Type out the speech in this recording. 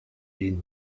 день